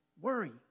worry